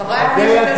לחברי הכנסת יש זכות.